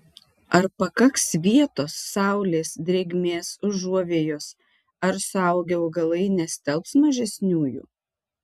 ar pakaks vietos saulės drėgmės užuovėjos ar suaugę augalai nestelbs mažesniųjų